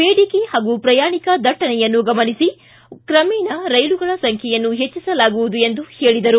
ಬೇಡಿಕೆ ಹಾಗೂ ಪ್ರಯಾಣಿಕ ದಟ್ಟಣೆಯನ್ನು ಗಮನಿಸಿ ಕ್ರಮೇಣ ರೈಲುಗಳ ಸಂಖ್ಯೆಯನ್ನು ಹೆಚ್ಚಿಸಲಾಗುವುದು ಎಂದರು